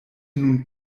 nun